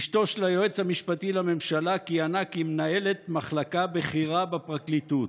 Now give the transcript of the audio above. אשתו של היועץ המשפטי של הממשלה כיהנה כמנהלת מחלקה בכירה בפרקליטות.